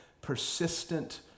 persistent